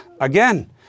Again